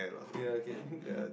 ya I can